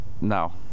No